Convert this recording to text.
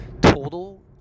total